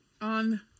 on